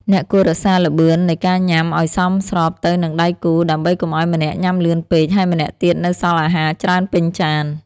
អ្នកគួររក្សាល្បឿននៃការញ៉ាំឱ្យសមស្របទៅនឹងដៃគូ ដើម្បីកុំឱ្យម្នាក់ញ៉ាំលឿនពេក ហើយម្នាក់ទៀតនៅសល់អាហារច្រើនពេញចាន។